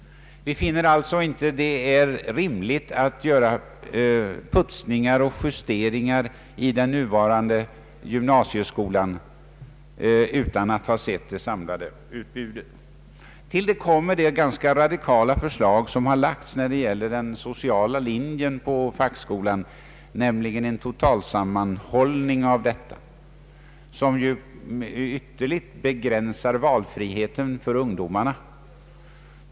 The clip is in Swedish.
Vi finner alltså att det inte är rimligt att göra putsningar och justeringar i den nuvarande gymnasieskolan utan att ha sett det samlade utbudet. Till det kommer det ganska radikala förslag som har framlagts om den sociala linjen på fackskolan, nämligen en totalsammanhållning, som ju ytterligt begränsar valfriheten för ungdomarna.